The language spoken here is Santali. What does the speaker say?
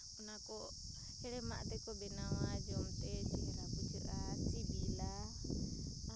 ᱚᱱᱟ ᱠᱚ ᱦᱮᱲᱮᱢᱟᱜ ᱫᱚᱠᱚ ᱵᱮᱱᱟᱣᱟ ᱡᱚᱢᱛᱮ ᱪᱮᱦᱨᱟ ᱵᱩᱡᱷᱟᱹᱜᱼᱟ ᱥᱤᱵᱤᱞᱟ